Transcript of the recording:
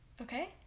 Okay